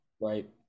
right